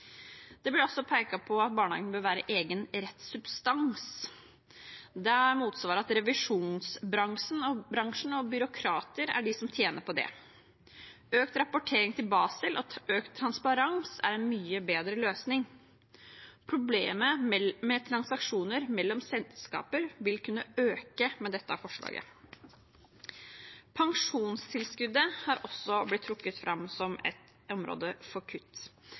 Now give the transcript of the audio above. Det blir også pekt på at barnehagen bør være et eget rettssubjekt. Da er motsvaret at revisjonsbransjen og byråkrater er de som tjener på det. Økt rapportering til BASIL og økt transparens er en mye bedre løsning. Problemet med transaksjoner mellom selskaper vil kunne øke med dette forslaget. Pensjonstilskuddet har også blitt trukket fram som et område for kutt,